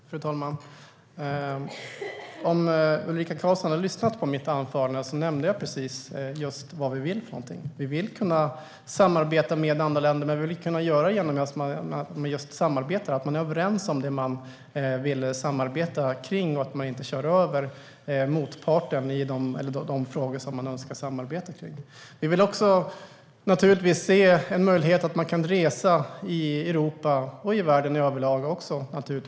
Fru talman! Om Ulrika Karlsson hade lyssnat på mitt anförande hade hon hört att jag nämnde precis vad vi vill. Vi vill kunna samarbeta med andra länder, men vi vill kunna göra det genom att just samarbeta, att man är överens om det man vill samarbeta kring och inte kör över motparten i de frågor som man önskar samarbeta kring. Vi vill naturligtvis också se en möjlighet att resa i Europa och i världen överlag.